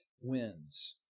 wins